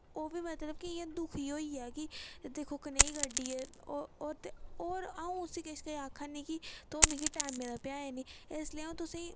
ओह् बी मतलब की इ'यां दुखी होई गेआ कि दिक्खो कनेही गड्डी ऐ ओह् ते होर उ'ऊं उस्सी किश किश आक्खा नीं कि तूं मिगी टैमे दा पजाया नीं इसलेई उ'ऊं तुसेंई